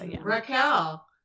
Raquel